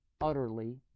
utterly